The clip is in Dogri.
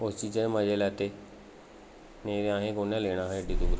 उस चीजा दे मजे लैते नेईं तां असें गी कु'न लेना हा एड्डी दूर